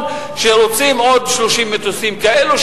הביטחון מחליט שרוצים עוד 30 מטוסים כאלו,